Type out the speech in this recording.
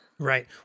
Right